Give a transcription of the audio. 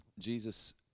Jesus